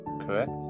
correct